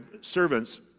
servants